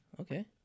Okay